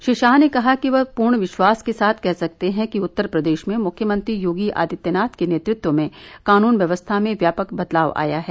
श्री शाह ने कहा कि वह पूर्ण विश्वास के साथ कह सकते हैं कि उत्तर प्रदेश में मुख्यमंत्री योगी आदित्यनाथ के नेतृत्व में कानून व्यवस्था में व्यापक बदलाव आया है